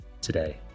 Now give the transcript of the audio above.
today